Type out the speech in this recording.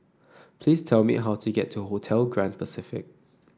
please tell me how to get to Hotel Grand Pacific